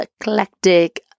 eclectic